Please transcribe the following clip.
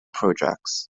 projects